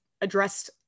addressed